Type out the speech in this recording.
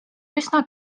üsna